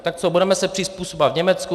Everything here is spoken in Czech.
Tak co, budeme se přizpůsobovat Německu?